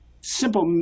simple